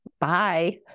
bye